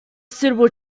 suitable